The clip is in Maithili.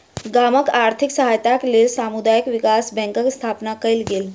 गामक आर्थिक सहायताक लेल समुदाय विकास बैंकक स्थापना कयल गेल